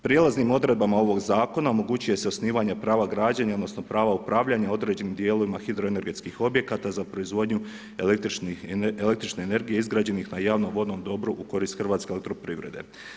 Prijelaznim odredbama ovog zakona omogućuje se osnivanje prava građenja odnosno pravo upravljanja u određenim dijelovima hidro energetskih objekata za proizvodnju električne energije izgrađenih na javnom vodnom dobru u korist Hrvatske elektroprivrede.